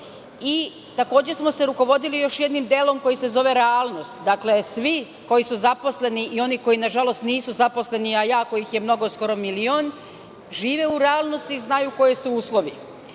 kažu. Takođe smo se rukovodili još jednim delom koji se zove realnost. Dakle, svi koji su zaposleni i oni koji, nažalost, nisu zaposleni, a mnogo ih je mnogo, skoro milion, žive u realnosti, znaju koji su uslovi.